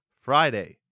Friday